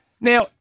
Now